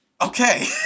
Okay